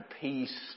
peace